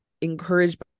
encouraged